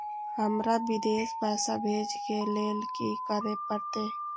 हमरा विदेश पैसा भेज के लेल की करे परते?